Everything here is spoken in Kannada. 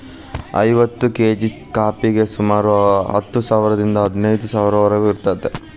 ಐವತ್ತು ಕೇಜಿ ಕಾಫಿಗೆ ಸುಮಾರು ಹತ್ತು ಸಾವಿರದಿಂದ ಹದಿನೈದು ಸಾವಿರದವರಿಗೂ ಇರುತ್ತದೆ